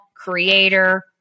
creator